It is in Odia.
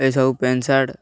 ଏସବୁ ପ୍ୟାଣ୍ଟ ସାର୍ଟ